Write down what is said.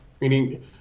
meaning